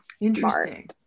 Interesting